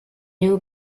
new